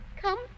Come